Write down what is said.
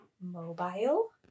mobile